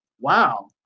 wow